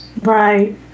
Right